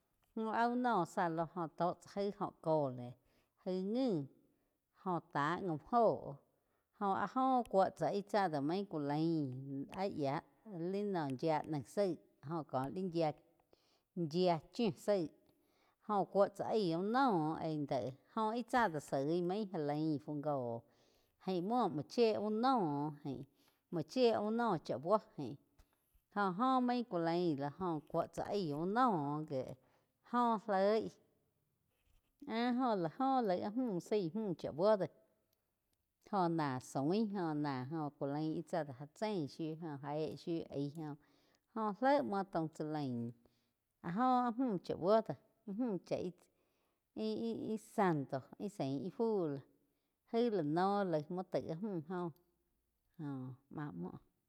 Jóh áh úh noh zá lo joh tó cháh gaí óh cole gaii ngi jóh tá gaum óho, oh áh cúo tsá ih tsá dó main ku lain áh li yía naih zaig jo có lí yía chiú zaíg joh cúo tsá aig úh noh aín déj jóh íh tsá do sói main gá lain gó gain muo muo chíe uh no múo chie úh noh chá buo gain. Jóh óh main ku lain lo óh cúo tsá aig úh noh gíe jóh loig áh óh lá gó laig áh múh zaí múh chá búo do jóh ná soin óh náj joh kú lain íh tsá do já chein shiu jóa áh éh shiu aíh joh, óh léh múo taum chá lai áh joh áh múh chá búo do múh chá ih, ih-ih santo íh zaí ih fu lo gaí la no laig múo taig áh múh óh, oh má muo.